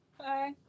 hi